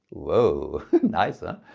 whoa nice, ah